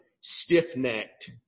stiff-necked